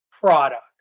product